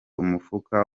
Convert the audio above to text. umufuka